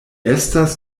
estas